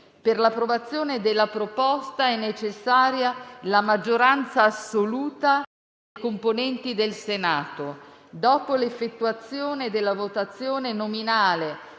Per l'approvazione della proposta, è necessaria la maggioranza assoluta dei componenti del Senato. Dopo l'effettuazione della votazione nominale